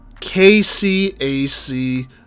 KCAC